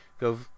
go